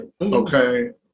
Okay